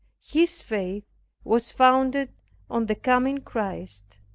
his faith was founded on the coming christ.